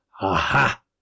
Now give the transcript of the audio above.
aha